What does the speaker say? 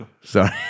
Sorry